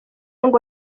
ngo